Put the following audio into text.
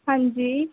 हां जी